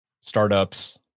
startups